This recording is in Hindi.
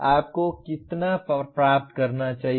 आपको कितना प्राप्त करना चाहिए